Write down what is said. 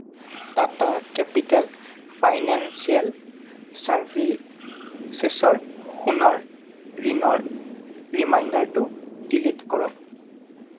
Tata capital financial চাৰ্ভিচেছৰ সোণৰ ঋণৰ ৰিমাইণ্ডাৰটো ডিলিট কৰক